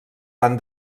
van